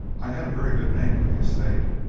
i had a very good name for the estate,